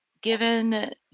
given